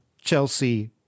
Chelsea